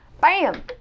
Bam